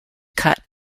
cut